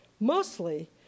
Mostly